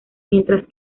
mientras